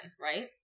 right